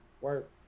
Work